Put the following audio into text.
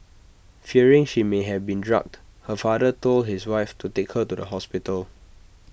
fearing she may have been drugged her father told his wife to take her to the hospital